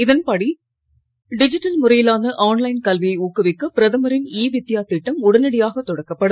இதன்படி டிஜிட்டல் முறையிலான ஆன்லைன் கல்வியை ஊக்குவிக்க பிரதமரின் இ வித்யா திட்டம் உடனடியாக தொடக்கப்படும்